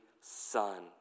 son